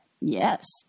Yes